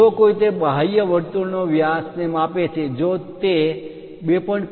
જો કોઈ તે બાહ્ય વર્તુળના વ્યાસને માપે છે જો તે 2